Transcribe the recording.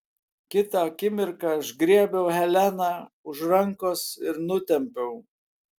kitą akimirką aš griebiau heleną už rankos ir nutempiau